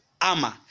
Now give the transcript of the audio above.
armor